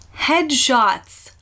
headshots